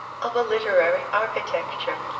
of a literary architecture.